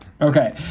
Okay